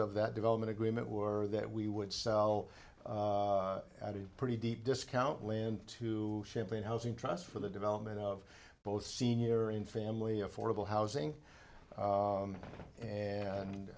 of that development agreement were that we would sell at a pretty deep discount land to shipping housing trust for the development of both senior in family affordable housing